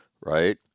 right